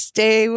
Stay